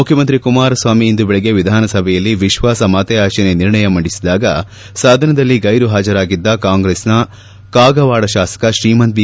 ಮುಖ್ಜಮಂತ್ರಿ ಕುಮಾರಸ್ವಾಮಿ ಇಂದು ಬೆಳಗ್ಗೆ ವಿಧಾನಸಭೆಯಲ್ಲಿ ವಿಶ್ವಾಸ ಮತಯಾಚನೆ ನಿರ್ಣಯ ಮಂಡಿಸಿದಾಗ ಸದನದಲ್ಲಿ ಗೈರುಹಾಜರಾಗಿದ್ದ ಕಾಂಗ್ರೆಸ್ನ ಕಾಗವಾಡ ಶಾಸಕ ಶ್ರೀಮಂತ್ ಬಿ